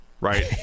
right